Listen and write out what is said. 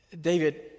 David